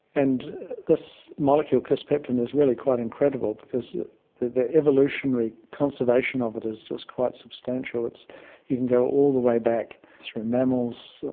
and this molecule, kisspeptin, is really quite incredible because the evolutionary conservation of it is just quite substantial. you can go all the way back through mammals,